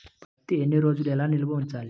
పత్తి ఎన్ని రోజులు ఎలా నిల్వ ఉంచాలి?